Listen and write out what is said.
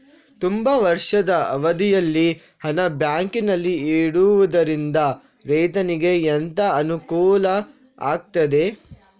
ತುಂಬಾ ವರ್ಷದ ಅವಧಿಯಲ್ಲಿ ಹಣ ಬ್ಯಾಂಕಿನಲ್ಲಿ ಇಡುವುದರಿಂದ ರೈತನಿಗೆ ಎಂತ ಅನುಕೂಲ ಆಗ್ತದೆ?